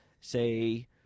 say